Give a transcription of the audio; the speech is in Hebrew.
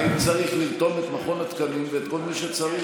ואם צריך, לרתום את מכון התקנים ואת כל מי שצריך.